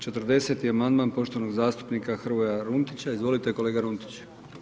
40. amandman poštovanog zastupnika Hrvoja Runtića, izvolite kolega Runtić.